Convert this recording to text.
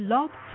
Love